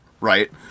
right